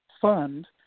fund